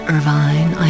Irvine